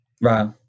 Right